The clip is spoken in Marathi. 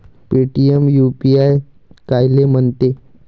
पेटीएम यू.पी.आय कायले म्हनते?